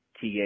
TA